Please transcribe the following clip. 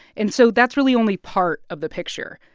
and so that's really only part of the picture.